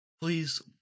Please